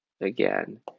again